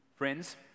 Friends